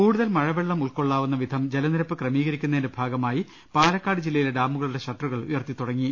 കൂടുതൽ മഴവെള്ളം ഉൾകൊള്ളാവുന്ന വിധം ജലനിരപ്പ് ക്രമീകരിക്കുന്നതിന് ഭാഗമായി പാലക്കാട് ജില്ലയിലെ ഡാമുകളുടെ ഷട്ടറുകൾ ഉയർത്തിത്തുടങ്ങി